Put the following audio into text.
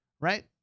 right